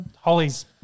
Holly's